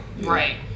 Right